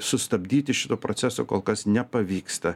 sustabdyti šito proceso kol kas nepavyksta